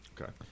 Okay